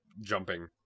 jumping